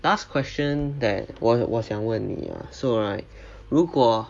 last question that 我我想问你 ah so right 如果